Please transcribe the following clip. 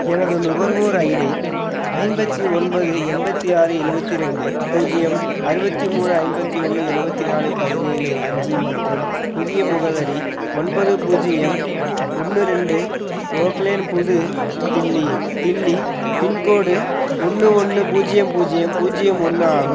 எனது நுகர்வோர் ஐடி ஐம்பத்தி ஒன்பது எண்பத்தி ஆறு எழுவத்தி ரெண்டு பூஜ்யம் அறுபத்தி மூணு ஐம்பத்தி ஒன்று எழுவத்தி நாலு பதினேழு அஞ்சு மற்றும் புதிய முகவரி ஒன்பது பூஜ்யம் ஒன்று ரெண்டு ஓக் லேன் புது தில்லி தில்லி பின்கோடு ஒன்று ஒன்று பூஜ்யம் பூஜ்யம் பூஜ்யம் ஒன்று ஆகும்